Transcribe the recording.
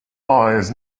lies